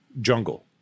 jungle